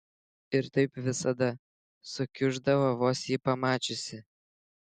ir taip visada sukiuždavo vos jį pamačiusi